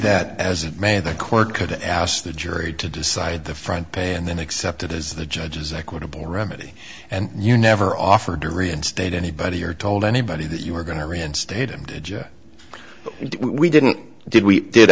that as it may the court could ask the jury to decide the front page and then accept it as the judge's equitable remedy and you never offered to reinstate anybody or told anybody that you were going to reinstate him we didn't did we did